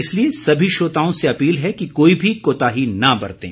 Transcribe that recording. इसलिए सभी श्रोताओं से अपील है कि कोई भी कोताही न बरतें